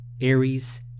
Aries